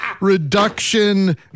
reduction